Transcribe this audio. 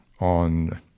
on